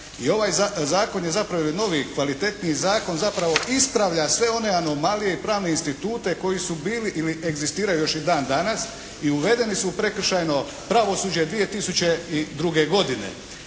I ovaj zakon je zapravo jedan novi, kvalitetniji zakon. Zapravo ispravlja sve one anomalije i pravne institute koji su bili ili egzistiraju još i dan danas i uvedene su u prekršajno pravosuđe 2002. godine.